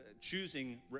choosing